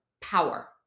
power